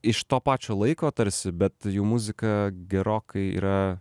iš to pačio laiko tarsi bet jų muzika gerokai yra